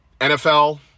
NFL